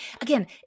again